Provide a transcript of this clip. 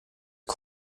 das